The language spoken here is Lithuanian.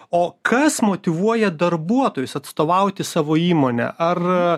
o kas motyvuoja darbuotojus atstovauti savo įmonę ar